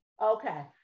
Okay